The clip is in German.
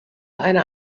eine